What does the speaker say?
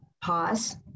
pause